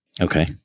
Okay